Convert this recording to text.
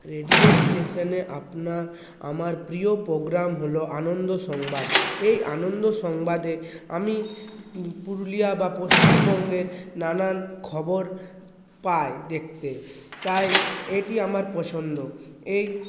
radio স্টেশনে আপনার আমার প্রিয় প্রোগ্রাম হল আনন্দ সংবাদ এই আনন্দ সংবাদে আমি পুরুলিয়া বা পশ্চিমবঙ্গের নানান খবর পাই দেখতে তাই এটি আমার পছন্দ এই